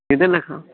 କେତେ ଲେଖାଁ